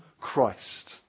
Christ